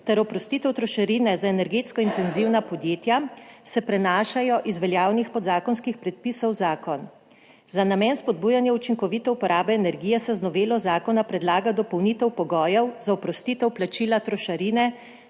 ter oprostitev trošarine za energetsko intenzivna podjetja se prenašajo iz veljavnih podzakonskih predpisov v zakon. Z namenom spodbujanja učinkovite uporabe energije se z novelo zakona predlaga dopolnitev pogojev za oprostitev plačila trošarine